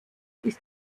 ist